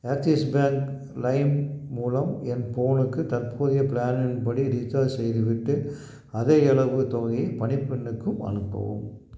axis bank லைம் மூலம் என் ஃபோனுக்கு தற்போதைய பிளானின் படி ரீசார்ஜ் செய்துவிட்டு அதேயளவு தொகையை பணிப்பெண்ணுக்கும் அனுப்பவும்